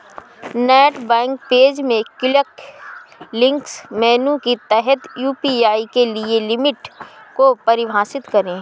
net bank page में quick links menu के तहत यू.पी.आई के लिए लिमिट को परिभाषित करें